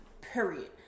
period